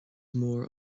mór